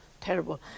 terrible